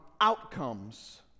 outcomes